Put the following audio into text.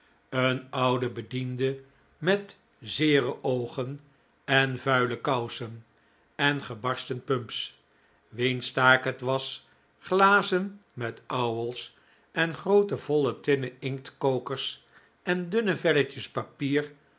een ouden bediende met zeere oogen en vuile kousen en gebarsten pumps wiens taak het was glazen met ouwels en groote voile tinnen inktkokers en dunne velletjes papier